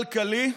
כלכלי,